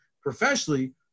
professionally